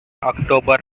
october